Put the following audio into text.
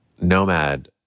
Nomad